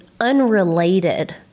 unrelated